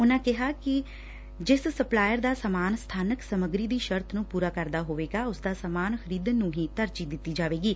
ਉਨਾਂ ਕਿਹਾ ਕਿ ਜਿਸ ਸਪਲਾਈਰ ਦਾ ਸਮਾਨ ਸਬਾਨਕ ਸਮੱਗਰੀ ਦੀ ਸ਼ਰਤ ਨੂੰ ਪੁਰਾ ਕਰਦਾ ਹੋਵੇਗਾ ਉਸ ਦਾ ਸਮਾਨ ਖਰੀਦਣ ਨੂੰ ਹੀ ਤਰਜੀਹ ਦਿੱਤੀ ਜਾਏਗੀ